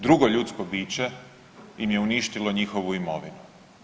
Drugo ljudsko biće im je uništilo njihovu imovinu.